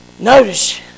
Notice